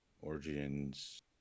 Origins